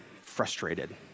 frustrated